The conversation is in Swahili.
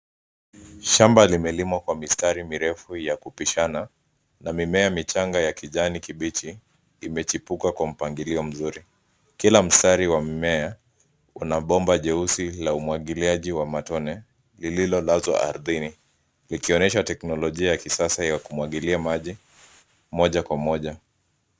Shamba limelimwa kwa mistari mirefu ya kupishana, na mimea michanga ya kijani kibichi imechipuka kwa mpangilio mzuri. Kila mstari wa mmea una bomba jeusi la umwagiliaji wa matone, lililolazwa ardhini, likionyesha teknolojia ya kisasa ya kumwagilia maji moja kwa moja.